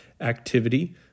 activity